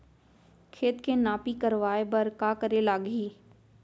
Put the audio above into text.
खेत के नापी करवाये बर का करे लागही?